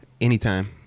Anytime